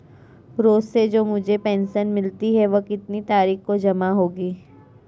रोज़ से जो मुझे पेंशन मिलती है वह कितनी तारीख को जमा होगी?